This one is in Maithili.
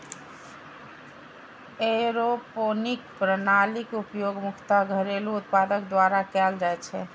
एयरोपोनिक प्रणालीक उपयोग मुख्यतः घरेलू उत्पादक द्वारा कैल जाइ छै